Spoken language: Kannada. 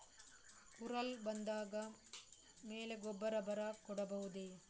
ಕುರಲ್ ಬಂದಾದ ಮೇಲೆ ಗೊಬ್ಬರ ಬರ ಕೊಡಬಹುದ?